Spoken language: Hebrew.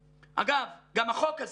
אגב, גם החוק הזה.